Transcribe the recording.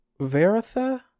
Veritha